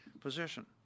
position